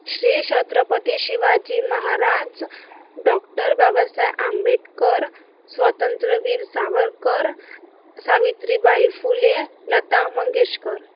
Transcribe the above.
Shri Chhatrapati Shivaji Maharaj doctor Babasaheb Ambedkar Swatantryaveer Savarkar Savitribai Phule Lata Mangeshkar